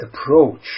approach